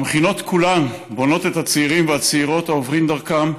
המכינות כולן בונות את הצעירים והצעירות העוברים דרכן,